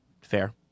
Fair